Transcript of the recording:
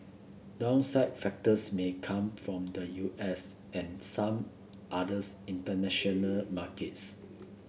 downside factors may come from the U S and some others international markets